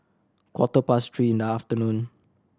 quarter past three in the afternoon